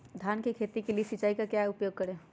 धान की खेती के लिए सिंचाई का क्या उपयोग करें?